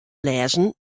lêzen